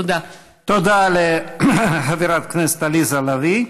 תודה לחברת הכנסת עליזה לביא.